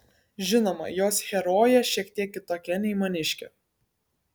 žinoma jos herojė šiek tiek kitokia nei maniškė